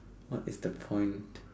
what is the point